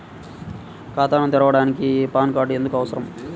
ఖాతాను తెరవడానికి PAN card ఎందుకు అవసరము?